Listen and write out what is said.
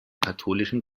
katholischen